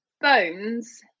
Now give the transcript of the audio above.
Bones